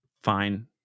Fine